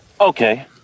okay